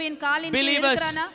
Believers